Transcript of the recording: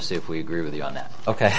to see if we agree with you on that ok